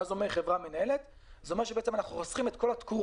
זה אומר שחוסכים את כל התקורות,